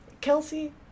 Kelsey